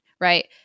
right